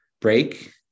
break